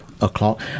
o'clock